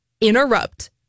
interrupt